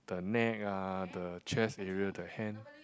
the neck ah the chest area the hand